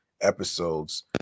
episodes